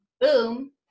boom